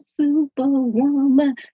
superwoman